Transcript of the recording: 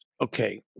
okay